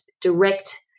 direct